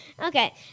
Okay